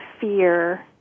fear